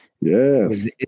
Yes